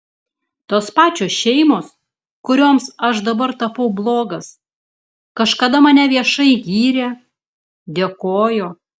tos pačios šeimos kurioms aš dabar tapau blogas kažkada mane viešai gyrė dėkojo